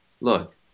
Look